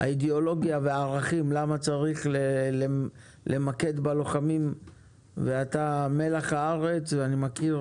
האידיאולוגיה והערכים למה צריך למקד בלוחמים ואתה מלח הארץ ואני מכיר